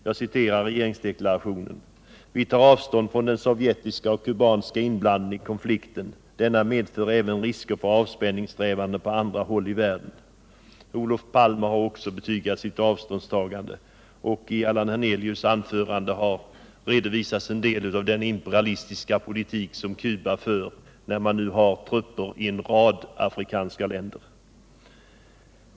Där sägs: ”Vi tar avstånd från den sovjetiska och kubanska inblandningen i konflikten. Denna medför även risker för avspänningssträvandena på andra håll i världen.” Olof Palme har också betygat sitt avståndstagande, och i Allan Hernelius anförande redovisades en del av den imperialistiska politik som Cuba för, när man nu har trupper i en rad afrikanska länder.